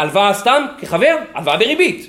הלוואה סתם כחבר, הלוואה בריבית,